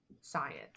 science